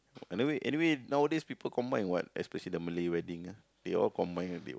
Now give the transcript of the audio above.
anyway anyway nowadays people combine what especially the Malay wedding ah they all combine a bit [what]